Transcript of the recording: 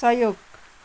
सहयोग